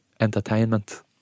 Entertainment